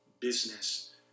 business